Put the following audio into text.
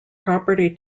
property